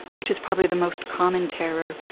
which is probably the most common terror.